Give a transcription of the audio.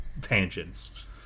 tangents